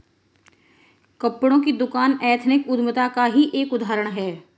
कपड़ों की दुकान एथनिक उद्यमिता का ही एक उदाहरण है